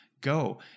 go